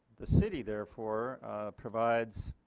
the city therefore provides